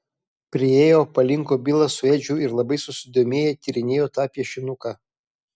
priėjo palinko bilas su edžiu ir labai susidomėję tyrinėjo tą piešinuką